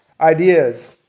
Ideas